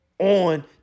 On